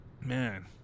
man